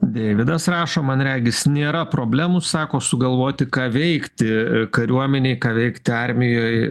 deividas rašo man regis nėra problemų sako sugalvoti ką veikti kariuomenėj ką veikti armijoj